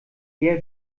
eher